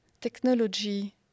technology